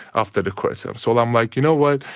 after the coup attempt. so i'm like, you know what?